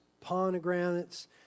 pomegranates